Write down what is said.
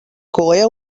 coeu